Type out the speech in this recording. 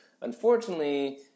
Unfortunately